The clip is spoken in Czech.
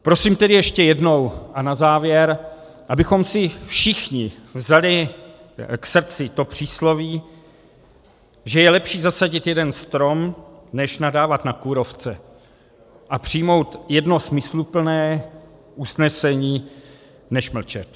Prosím tedy ještě jednou a na závěr, abychom si všichni vzali k srdci to přísloví, že je lepší zasadit jeden strom než nadávat na kůrovce a přijmout jedno smysluplné usnesení než mlčet.